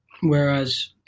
whereas